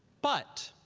but,